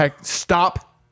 stop